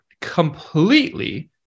completely